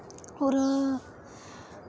और